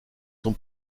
son